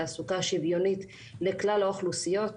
תעסוקה שוויונית לכלל האוכלוסיות.